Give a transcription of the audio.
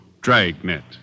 Dragnet